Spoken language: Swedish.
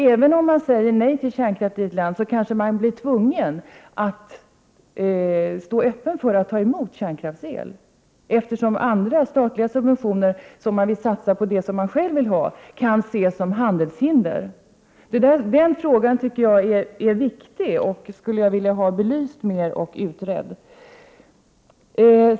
Även om man säger nej till kärnkraft i ett land, kanske man blir tvungen att stå öppen för att ta emot kärnkraftsel, eftersom statliga subventioner för att man skall kunna satsa på det energislag man själv vill ha kan ses som handelshinder. Den frågan är viktig. Jag skulle vilja ha den Prot. 1988/89:92 ytterligare belyst och utredd.